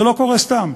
וזה לא קורה סתם.